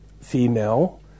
female